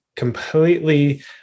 completely